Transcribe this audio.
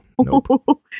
Nope